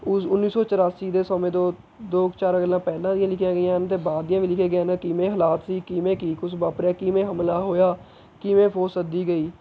ਉਜ ਉੱਨੀ ਸੌ ਚੌਰਾਸੀ ਦੇ ਸਮੇਂ ਤੋਂ ਦੋ ਚਾਰ ਗੱਲਾਂ ਪਹਿਲਾਂ ਦੀਆਂ ਲਿਖੀਆਂ ਗਈਆਂ ਹਨ ਅਤੇ ਬਾਅਦ ਦੀਆਂ ਵੀ ਲਿਖੀਆਂ ਗਈਆਂ ਹਨ ਕਿਵੇਂ ਹਾਲਾਤ ਸੀ ਕਿਵੇਂ ਕੀ ਕੁਛ ਵਾਪਰਿਆ ਕਿਵੇਂ ਹਮਲਾ ਹੋਇਆ ਕਿਵੇਂ ਫ਼ੌਜ ਸੱਦੀ ਗਈ